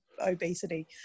obesity